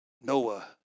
Noah